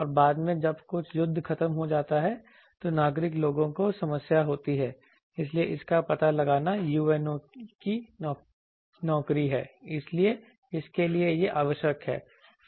और बाद में जब युद्ध खत्म हो जाता है तो नागरिक लोगों को समस्या होती है इसलिए इसका पता लगाना UNO की नौकरी है इसलिए इसके लिए यह आवश्यक है